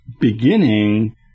beginning